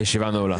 הישיבה נעולה.